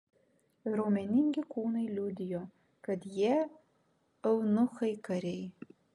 raumeningi kūnai liudijo kad jie eunuchai kariai